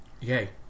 yay